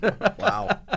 Wow